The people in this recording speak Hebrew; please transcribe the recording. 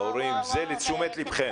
זה לא לתשומת לבכם.